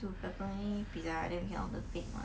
to pepperoni pizza right then we can order the thick one